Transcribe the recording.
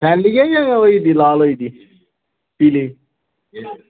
सैल्ली ऐ जां ओह् होई दी लाल होई दी पीली